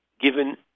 given